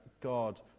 God